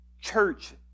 church